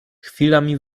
chwilami